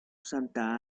santa